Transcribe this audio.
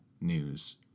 news